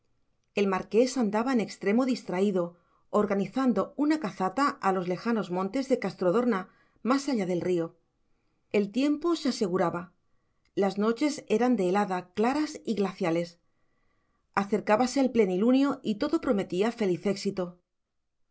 el marqués andaba en extremo distraído organizando una cazata a los lejanos montes de castrodorna más allá del río el tiempo se aseguraba las noches eran de helada claras y glaciales acercábase el plenilunio y todo prometía feliz éxito